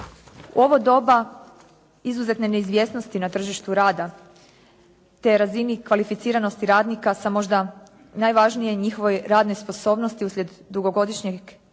U ovo doba izuzetne neizvjesnosti na tržištu rada, te razini kvalificiranosti radnika sa možda najvažnije njihovoj radnoj sposobnosti uslijed dugogodišnje izloženosti